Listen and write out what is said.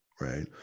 Right